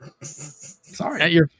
sorry